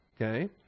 Okay